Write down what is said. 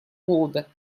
голода